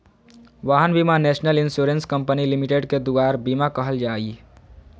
वाहन बीमा national insurance company limited के दुआर बीमा कहल जाहइ